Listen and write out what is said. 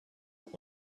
bike